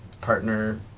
partner